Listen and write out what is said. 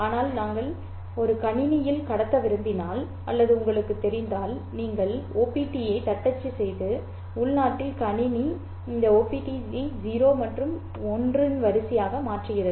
ஆனால் நீங்கள் ஒரு கணினியில் கடத்த விரும்பினால் அல்லது உங்களுக்குத் தெரிந்தால் நீங்கள் OPT ஐத் தட்டச்சு செய்து உள்நாட்டில் கணினி இந்த OPT ஐ 0 மற்றும் 1 இன் வரிசையாக மாற்றுகிறது